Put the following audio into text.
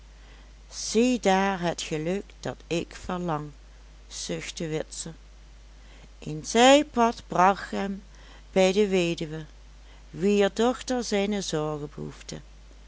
ziedaar het geluk dat ik verlang zuchtte witse een zijpad bracht hem bij de weduwe wier dochter zijne zorgen